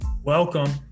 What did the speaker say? Welcome